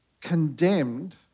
condemned